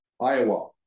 Iowa